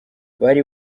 bari